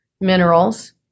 minerals